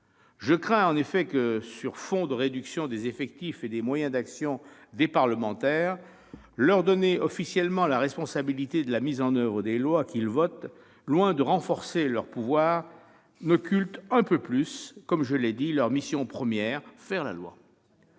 Je crains en effet que, sur fond de réduction des effectifs et des moyens d'action des parlementaires, leur donner officiellement la responsabilité de contrôler la mise en oeuvre des lois qu'ils votent, loin de renforcer leurs pouvoirs, n'occulte encore un peu plus leur mission première : faire la loi.